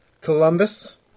Columbus